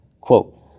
Quote